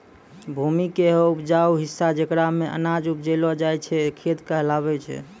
भूमि के हौ उपजाऊ हिस्सा जेकरा मॅ अनाज उपजैलो जाय छै खेत कहलावै छै